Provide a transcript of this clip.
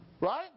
Right